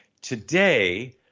today